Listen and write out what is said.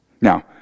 Now